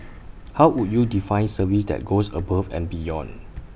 how would you define service that goes above and beyond